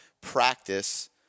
practice